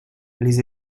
les